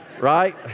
right